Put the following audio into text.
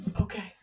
Okay